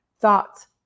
thoughts